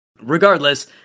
Regardless